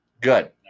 Good